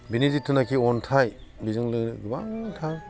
बिनि जितुनाकि अन्थाइ बेजोंनो जों गोबांथार